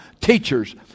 teachers